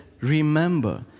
remember